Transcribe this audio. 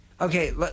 Okay